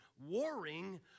warring